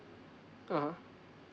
(uh huh)